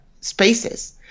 spaces